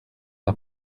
n’a